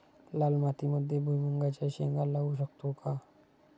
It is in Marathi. लाल मातीमध्ये भुईमुगाच्या शेंगा लावू शकतो का?